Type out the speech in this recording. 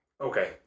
Okay